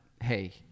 hey